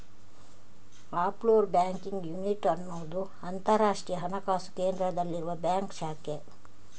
offshore banking unit ಅನ್ನುದು ಅಂತರಾಷ್ಟ್ರೀಯ ಹಣಕಾಸು ಕೇಂದ್ರದಲ್ಲಿರುವ ಬ್ಯಾಂಕ್ ಶಾಖೆ